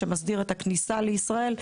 שמסדיר את הכניסה לישראל,